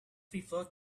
people